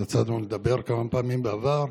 יצא לנו לדבר כמה פעמים בעבר.